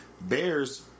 Bears